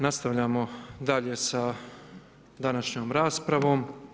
Nastavljamo dalje sa današnjom raspravom.